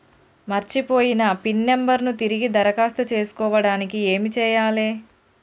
మర్చిపోయిన pin number ను తిరిగి దరఖాస్తు చేసుకోవడానికి ఏమి చేయాలే?